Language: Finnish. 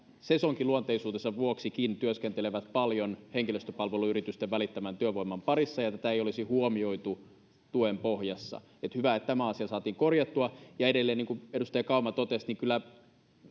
sesonkiluonteisuutensakin vuoksi työskentelevät paljon henkilöstöpalveluyritysten välittämän työvoiman parissa ja tätä ei olisi huomioitu tuen pohjassa hyvä että tämä asia saatiin korjattua edelleen niin kuin edustaja kauma totesi niin kyllä